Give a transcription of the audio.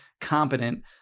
competent